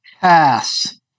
Pass